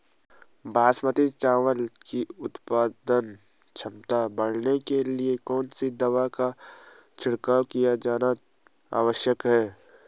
बासमती चावल की उत्पादन क्षमता बढ़ाने के लिए कौन सी दवा का छिड़काव किया जाना आवश्यक है?